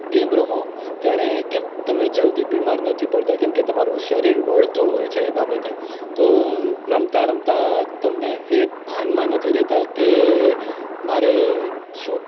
game રમો ત્યારે કેમ તમે જલ્દી બીમાર નથી પડતા કેમ કે તમારું શરીર વળતું હોય છે એ બાબતે તો રમતાં રમતાં તમને એ ભાનમાં નથી રહેતા કે મારે શું